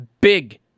big